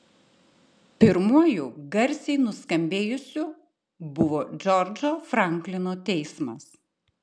pirmuoju garsiai nuskambėjusiu buvo džordžo franklino teismas